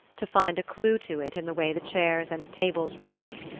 to find a clue to it in the way the chairs and tables were grouped,